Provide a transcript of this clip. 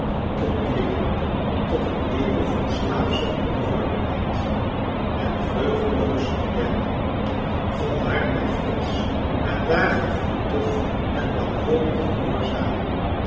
te dwingen tot een leven van slaafsche onderworpenheid en vreugdeloos werken vandaar bij frits na dagen van dof en wanhopig gehoorzamen